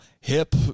hip